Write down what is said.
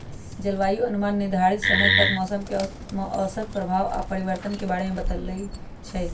जलवायु अनुमान निर्धारित समय तक मौसम के औसत प्रभाव आऽ परिवर्तन के बारे में बतबइ छइ